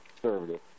conservative